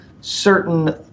certain